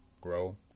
Grow